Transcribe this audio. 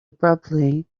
abruptly